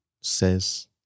says